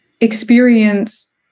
experience